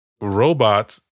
robots